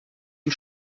die